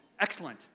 excellent